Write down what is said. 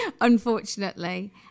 unfortunately